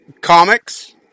Comics